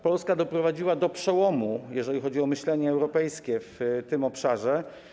Polska doprowadziła do przełomu, jeśli chodzi o myślenie europejskie w tym obszarze.